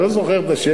אני לא זוכר את השם,